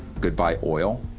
goodbye oil,